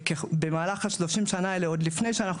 במהלך ה-30 שנה האלה עוד לפני שאנחנו